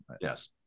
yes